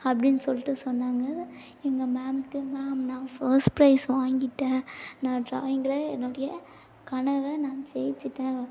அப்படின்னு சொல்லிட்டு சொன்னாங்க எங்கள் மேம்க்கு மேம் நான் ஃபஸ்ட் ப்ரைஸ் வாங்கிவிட்டேன் நான் ட்ராயிங்கில் என்னுடைய கனவை நான் ஜெயிச்சுட்டேன்